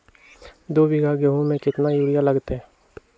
दो बीघा गेंहू में केतना यूरिया लगतै?